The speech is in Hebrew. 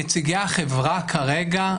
נציגי החברה כרגע,